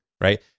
Right